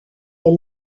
est